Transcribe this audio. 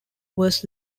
was